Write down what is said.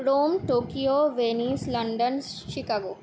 Rome Tokyo Venice London Chicago